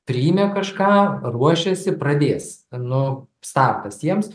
trynė kažką ruošėsi pradės nu startas jiems